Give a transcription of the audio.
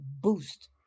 boost